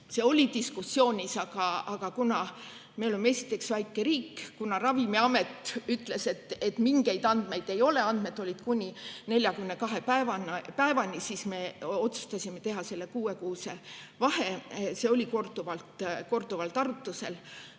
see oli diskussiooni all, aga kuna me oleme esiteks väike riik ja kuna Ravimiamet ütles, et mingeid andmeid ei ole, andmed olid kuni 42. päevani, siis me otsustasime teha kuuekuulise vahe. See oli korduvalt arutusel.